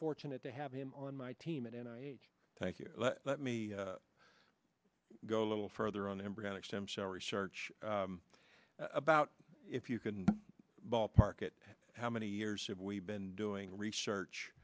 fortunate to have him on my team and i thank you let me go a little further on embryonic stem cell research about if you can ballpark it how many years have we been doing research